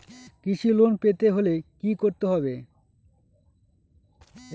কৃষি লোন পেতে হলে কি করতে হবে?